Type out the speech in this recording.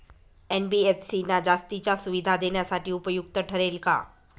NBFC ना जास्तीच्या सुविधा देण्यासाठी उपयुक्त ठरेल का?